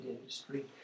industry